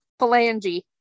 Phalange